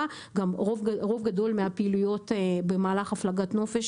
רוב גדול מהפעילויות במהלך הפלגת הנופש